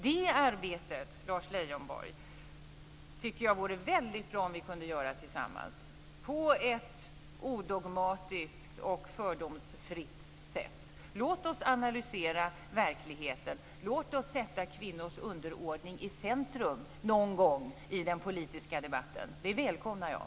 Det arbetet, Lars Leijonborg, tycker jag att det vore väldigt bra om vi kunde göra tillsammans på ett odogmatiskt och fördomsfritt sätt. Låt oss analysera verkligheten. Låt oss någon gång i den politiska debatten sätta kvinnors underordning i centrum. Det välkomnar jag.